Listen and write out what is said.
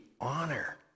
honor